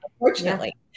unfortunately